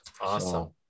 awesome